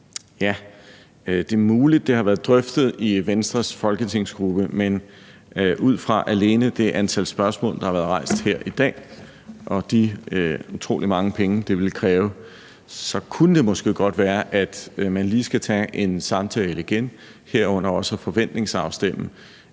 Ja, det er muligt, at det har været drøftet i Venstres folketingsgruppe, men ud fra alene det antal spørgsmål, der har været rejst her i dag, og de utrolig mange penge, det ville kræve, så kunne det måske godt være, at man lige skal tage en samtale igen, herunder også at forventningsafstemme,